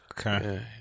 Okay